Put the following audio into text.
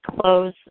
close